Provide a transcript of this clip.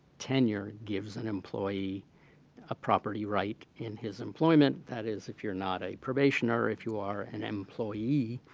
tenure gives an employee a property right in his employment, that is if you're not a probationer or if you are an employee,